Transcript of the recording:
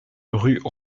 rue